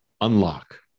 unlock